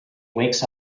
wakes